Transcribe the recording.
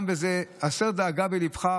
הסר דאגה מליבך,